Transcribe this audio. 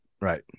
Right